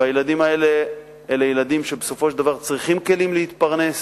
והילדים האלה הם ילדים שבסופו של דבר צריכים כלים להתפרנס,